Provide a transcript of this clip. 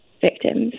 victims